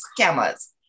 scammers